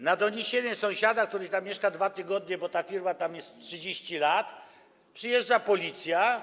Na doniesienie sąsiada, który tam mieszka 2 tygodnie - a ta firma tam jest 30 lat - przyjeżdża Policja.